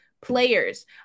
players